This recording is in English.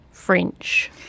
French